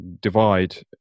divide